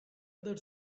other